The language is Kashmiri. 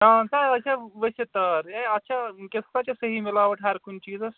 اَہَن سا یہِ آسہِ ہہ وٕسِتھ تار ہے اَتھ چھا ؤنکیٚس ہسا چھِ صحیح مِلاوَٹ ہر کُنہِ چیٖزَس